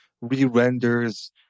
re-renders